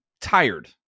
tired